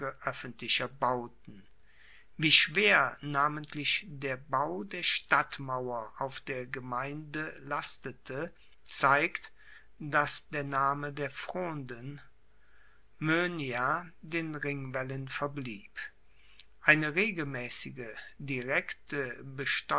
oeffentlicher bauten wie schwer namentlich der bau der stadtmauer auf der gemeinde lastete zeigt dass der name der fronden moenia den ringwaellen verblieb eine regelmaessige direkte